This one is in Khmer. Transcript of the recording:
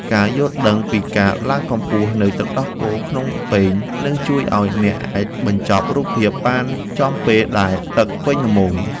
ការយល់ដឹងពីការឡើងកម្ពស់នៃទឹកដោះគោក្នុងពែង នឹងជួយឱ្យអ្នកអាចបញ្ចប់រូបភាពបានចំពេលដែលទឹកពេញល្មម។